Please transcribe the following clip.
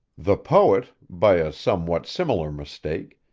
the poet, by a somewhat similar mistake,